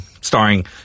starring